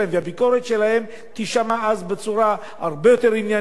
והביקורת שלהם תישמע אז בצורה הרבה יותר עניינית,